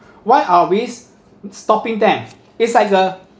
why are we s~ stopping them it's like the